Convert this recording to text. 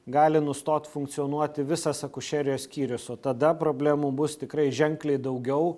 gali nustot funkcionuoti visas akušerijos skyrius o tada problemų bus tikrai ženkliai daugiau